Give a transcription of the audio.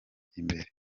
imbere